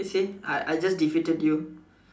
you see I I just defeated you